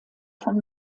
von